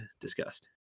discussed